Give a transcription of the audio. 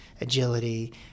agility